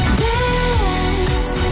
dance